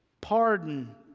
pardon